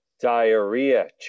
Diarrhea